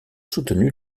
soutenu